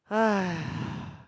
hais